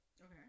okay